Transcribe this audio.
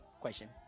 question